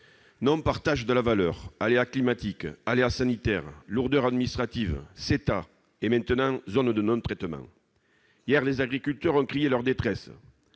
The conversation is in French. Non-partage de la valeur, aléas climatiques et sanitaires, lourdeurs administratives, CETA et, maintenant, zone de non-traitement. Hier, les agriculteurs ont crié leur détresse.